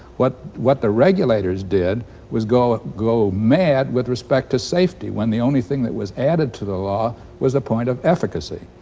what what the regulators did was go go mad with respect to safety. when the only thing that was added to the law was the point of efficacy.